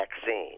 vaccine